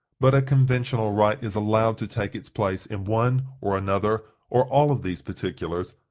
but a conventional right is allowed to take its place in one, or another, or all of these particulars,